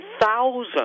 thousands